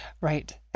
right